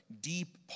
deep